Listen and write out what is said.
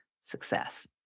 Success